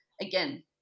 again